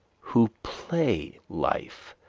who play life,